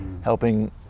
helping